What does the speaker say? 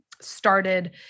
started